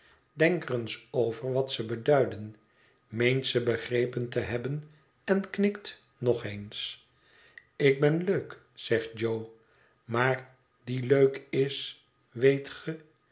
er eens over wat ze beduiden meent ze begrepen te hebben en knikt nog eens ik ben leuk zegt jo maar die leuk is weet ge